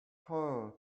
choir